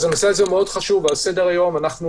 אז הנושא הזה הוא מאוד חשוב ועל סדר היום אנחנו